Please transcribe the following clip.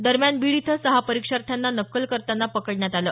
दरम्यान बीड इथं सहा परीक्षार्थ्यांना नक्कल करतांना पकडण्यात आलं